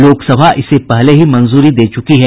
लोकसभा इसे पहले ही मंजूरी दे चुकी है